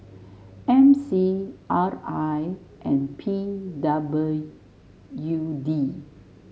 M C R I and P W D